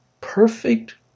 perfect